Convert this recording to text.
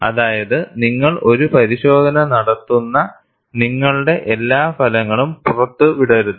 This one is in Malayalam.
അതായത് നിങ്ങൾ ഒരു പരിശോധന നടത്തുന്ന നിങ്ങളുടെ എല്ലാ ഫലങ്ങളും പുറത്തുവിടരുത്